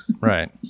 right